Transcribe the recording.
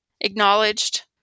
acknowledged